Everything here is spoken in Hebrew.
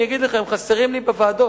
אני אגיד לך, הם חסרים לי בוועדות.